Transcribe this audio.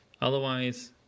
Otherwise